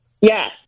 yes